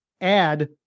add